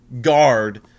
guard